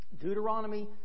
Deuteronomy